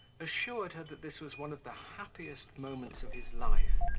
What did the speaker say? assured her that this was one of the happiest moments of his life,